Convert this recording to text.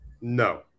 No